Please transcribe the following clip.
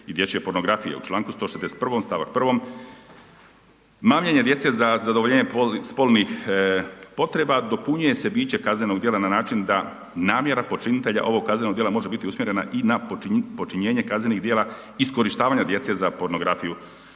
i dječje pornografije u članku 161. stavak 1., mamljenje djece za zadovoljenje spolnih potreba. Dopunjuje se biće kaznenog djela na način namjera počinitelja ovog kaznenog djela može biti usmjerena i na počinjenje kaznenog djela iskorištavanja djece za pornografiju